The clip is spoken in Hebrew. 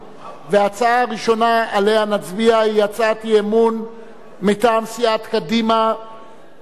ההצעה הראשונה שעליה נצביע היא הצעת אי-אמון מטעם סיעת קדימה בנושא: